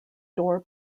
door